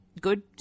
good